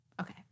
okay